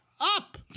up